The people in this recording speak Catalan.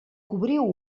cobriu